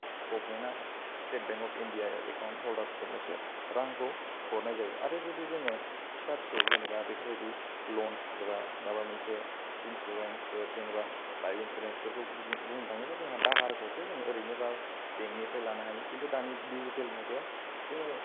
गभर्नमेन्टआ state bank of India आव accounts हल्डारसफोरनोसो रांखौ हरनाय जायो आरो जुदि जोङो फिसा फिसौ जेनेबा बेफोरबायदि लन्स एबा माबा मोनसे इन्सुरेन्सफोर जेनेबा लाइफ इन्सुरेन्सफोरखौ बुजि बुंनो थाङोब्ला दाहारखौथ' जों ओरैनोबा बेंकनिफ्राय लानो हायो खिन्थु दानि डिजिटेल मुगायाव जोङो